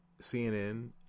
CNN